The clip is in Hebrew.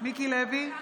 מיקי לוי,